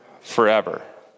forever